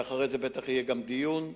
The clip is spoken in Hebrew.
ואחרי זה בטח יהיה גם דיון.